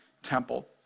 temple